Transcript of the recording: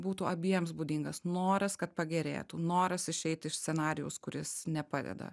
būtų abiems būdingas noras kad pagerėtų noras išeiti iš scenarijaus kuris nepadeda